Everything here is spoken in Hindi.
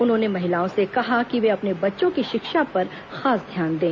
उन्होंने महिलाओं से कहा कि वे अपने बच्चों की शिक्षा पर खास ध्यान दें